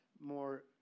more